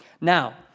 now